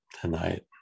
tonight